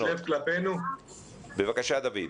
בבקשה דויד.